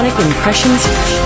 impressions